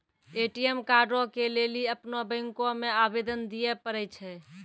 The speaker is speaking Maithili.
ए.टी.एम कार्डो के लेली अपनो बैंको मे आवेदन दिये पड़ै छै